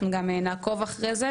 אנחנו גם נעקוב אחרי זה.